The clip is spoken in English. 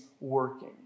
working